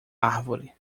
árvore